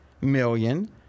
million